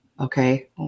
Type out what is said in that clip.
okay